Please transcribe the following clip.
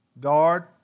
guard